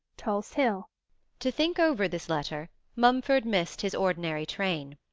tulse hill to think over this letter mumford missed his ordinary train.